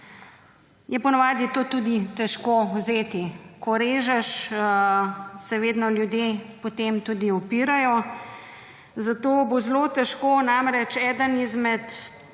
ponavadi to tudi težko vzeti. Ko režeš, se vedno ljudje potem tudi upirajo, zato bo zelo težko. Namreč, eden izmed